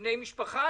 מבני משפחה,